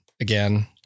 again